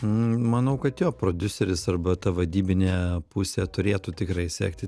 manau kad jo prodiuseris arba ta vadybinė pusė turėtų tikrai sekti